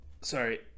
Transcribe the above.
sorry